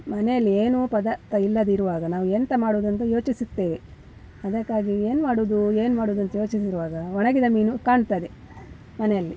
ಮನೇಲಿ ಏನೂ ಪದಾರ್ಥ ಇಲ್ಲದಿರುವಾಗ ನಾವು ಎಂತ ಮಾಡೋದಂತ ಯೋಚಿಸುತ್ತೇವೆ ಅದಕ್ಕಾಗಿ ಏನು ಮಾಡೋದು ಏನು ಮಾಡೋದು ಅಂತ ಯೋಚಿಸಿರುವಾಗ ಒಣಗಿದ ಮೀನು ಕಾಣ್ತದೆ ಮನೆಯಲ್ಲಿ